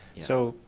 so,